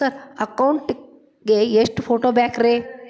Sir account ಗೇ ಎಷ್ಟು photo ಬೇಕ್ರಿ?